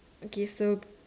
okay so